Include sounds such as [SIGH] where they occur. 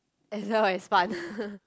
as well as fun [LAUGHS]